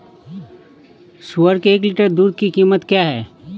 सुअर के एक लीटर दूध की कीमत क्या है?